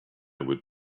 would